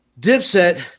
Dipset